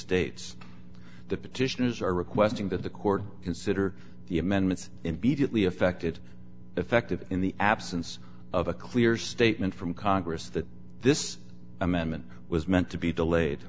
dates the petitioners are requesting that the court consider the amendments and be the attlee affected effective in the absence of a clear statement from congress that this amendment was meant to be delayed